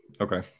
Okay